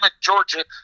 Georgia